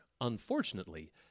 unfortunately